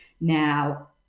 Now